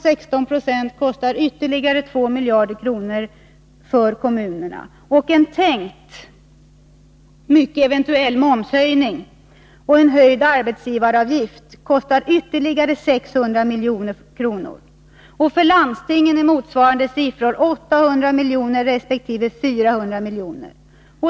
Den ”kostar” kommunerna ytterligare 2 miljarder kronor och en tänkt, mycket eventuell momshöjning och en höjd arbetsgivaravgift ytterligare 600 milj.kr. För landstingen är motsvarande belopp 800 miljoner resp. 400 miljoner.